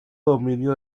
dominio